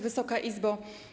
Wysoka Izbo!